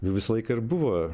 ir visą laiką ir buvo